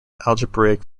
algebraic